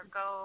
go